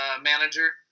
manager